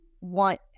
want